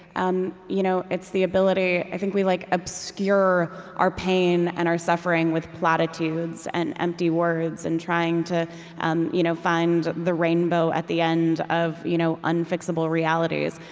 um you know it's the ability i think we like obscure our pain and our suffering with platitudes and empty words and trying to um you know find the rainbow at the end of you know unfixable realities.